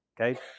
okay